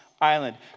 island